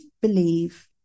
believe